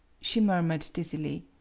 she murmured dizzily.